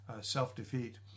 self-defeat